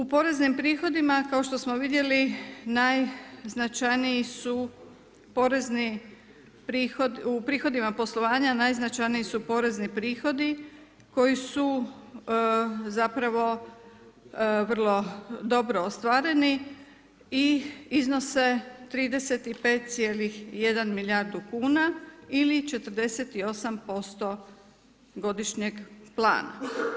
U poreznim prihodima kao što smo vidjeli najznačajniji su porezni prihodi, u prihodima poslovanja najznačajniji su porezni prihodi koji su zapravo vrlo dobro ostvareni i iznose 35,1 milijardu kuna ili 48% godišnjeg plana.